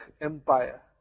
empire